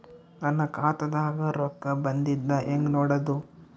ನನ್ನ ಖಾತಾದಾಗ ರೊಕ್ಕ ಬಂದಿದ್ದ ಹೆಂಗ್ ನೋಡದು?